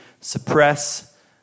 suppress